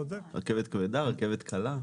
רכבת כבדה רכבת קלה.